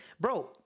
bro